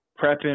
prepping